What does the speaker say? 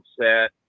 set